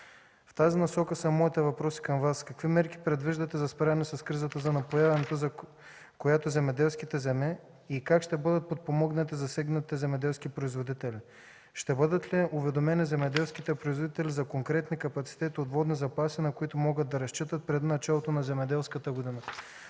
В тази насока са моите въпроси към Вас: Какви мерки предвиждате за справяне с кризата за напояване, която е за земеделските земи, и как ще бъдат подпомогнати засегнатите земеделски производители? Ще бъдат ли уведомени земеделските производители за конкретни капацитети от водни запаси, на които могат да разчитат преди началото на земеделската година?